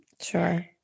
Sure